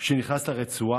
שנכנס לרצועה,